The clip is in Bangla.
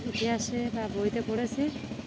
আগে আসে বা বইতে পড়েছে